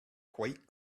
quite